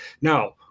Now